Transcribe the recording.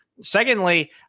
Secondly